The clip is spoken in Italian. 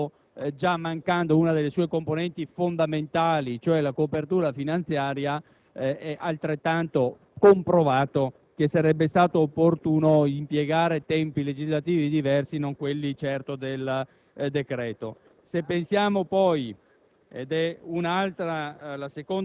urgenza del decreto-legge in quanto la mancanza di una delle sue componenti fondamentali, cioè la copertura finanziaria, comprova che sarebbe stato opportuno impiegare tempi legislativi diversi e non certo quelli del decreto.